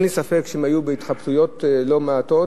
אין לי ספק שהם היו בהתחבטויות לא מעטות,